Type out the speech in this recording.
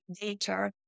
data